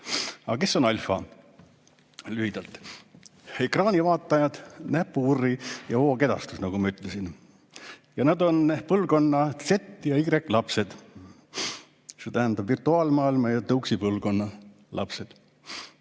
on. Aga kes on Alfa? Lühidalt, ekraanivaatajad, näpuvurr ja voogedastus, nagu ma ütlesin. Nad on põlvkonna Z ja Y lapsed, see tähendab virtuaalmaailma ja tõuksi põlvkonna lapsed